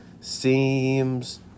seems